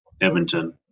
Edmonton